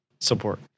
support